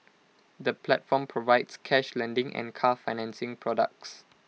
the platform provides cash lending and car financing products